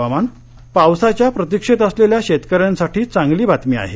हवामान् पावसाच्या प्रतिक्षेत असलेल्या शेतकऱ्यांसाठी चांगली बातमी आहे